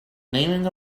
naming